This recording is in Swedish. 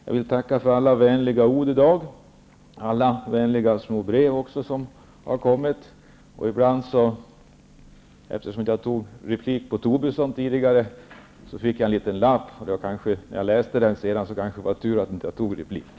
Jag vill tacka för alla vänliga ord i dag och för alla vänliga små brev som har kommit. Jag begärde inte replik efter Tobissons anförande tidigare, och jag fick då en liten lapp. Efter det att jag senare hade läst den tänkte jag att det kanske var bra att jag inte begärde någon replik.